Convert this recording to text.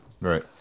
Right